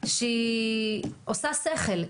שהיא עושה שכל?